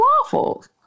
waffles